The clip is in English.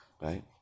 Right